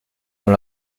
dans